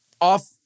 off